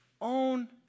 Own